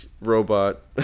robot